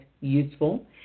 useful